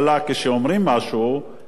הם עומדים בו ומבצעים אותו.